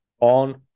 on